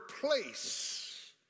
place